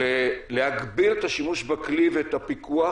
להגביל את השימוש בכלי ואת הפיקוח